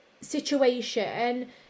situation